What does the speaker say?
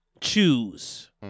choose